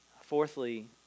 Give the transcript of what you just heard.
Fourthly